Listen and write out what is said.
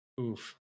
Oof